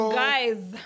guys